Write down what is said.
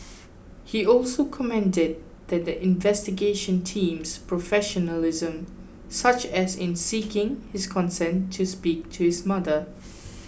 he also commended that the investigation team's professionalism such as in seeking his consent to speak to his mother